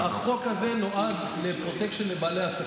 החוק הזה נועד למנוע פרוטקשן נגד בעלי עסקים.